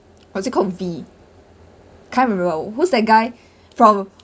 or is he called V can't remember who's that guy from